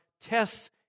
tests